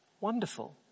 Wonderful